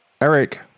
Eric